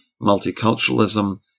multiculturalism